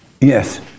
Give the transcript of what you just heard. Yes